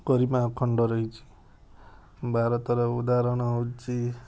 ଗରିମା ଅଖଣ୍ଡ ରହିଛି ଭାରତର ଉଦାହରଣ ହଉଛି